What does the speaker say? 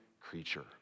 creature